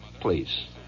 Please